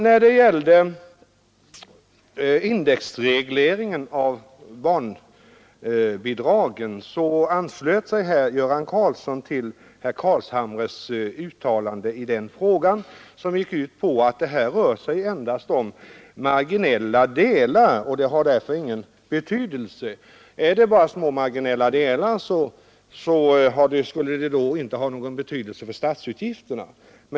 När det gällde indexregleringen av barnbidragen anslöt sig herr Göran Karlsson i Huskvarna till herr Carlshamres uttalande. Detta uttalande gick ut på att det här endast rör sig om marginella frågor, som inte har någon betydelse för statsutgifterna.